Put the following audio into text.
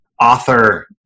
author